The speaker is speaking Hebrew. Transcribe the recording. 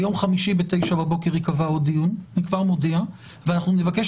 ביום חמישי בבוקר ייקבע עוד דיון ואנחנו נבקש